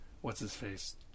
what's-his-face